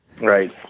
right